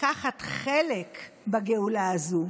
לקחת חלק בגאולה הזו.